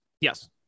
Yes